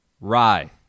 Rye